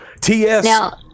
TS